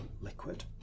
liquid